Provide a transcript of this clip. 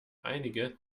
einige